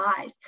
eyes